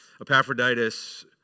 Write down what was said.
Epaphroditus